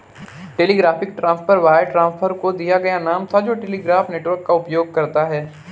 telegraphic transfer wire transfer को दिया गया नाम था जो टेलीग्राफ नेटवर्क का उपयोग करता था